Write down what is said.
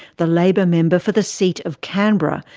the labor member for the seat of canberra,